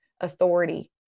authority